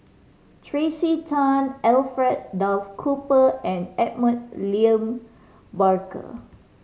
Tracey Tan Alfred Duff Cooper and Edmund William Barker